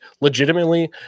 legitimately